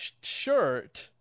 shirt